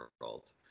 world